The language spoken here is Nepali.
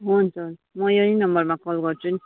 हुन्छ हुन्छ म यही नम्बरमा कल गर्छु नि